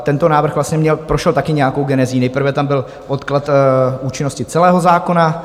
Tento návrh prošel taky nějakou genezí, nejprve tam byl odklad účinnosti celého zákona.